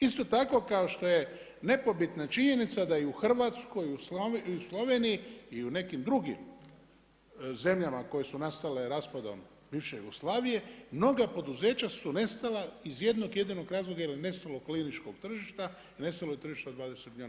Isto tako kao što je nepobitna činjenica da i u Hrvatskoj u Sloveniji i u nekim drugim zemljama koje su nastale raspadom bivše Jugoslavije mnoga poduzeća su nestala iz jednog jedinog razloga jer je nestalo kliničkog tržišta i nestalo je tržišta od 20 milijuna.